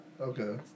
Okay